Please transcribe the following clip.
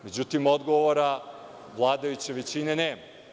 Međutim, odgovora vladajuće većine nema.